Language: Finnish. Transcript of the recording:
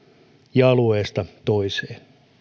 ja alueesta toiseen